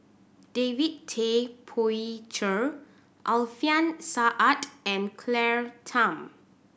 David Tay Poey Cher Alfian Sa'at and Claire Tham